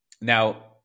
now